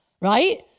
right